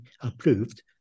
approved